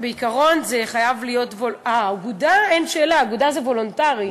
אגודה אין שאלה, אגודה זה וולונטרי.